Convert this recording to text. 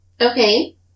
Okay